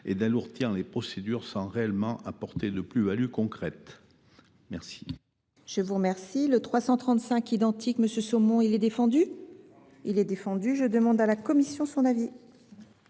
et d’alourdir les procédures sans réellement apporter de plus value concrète. La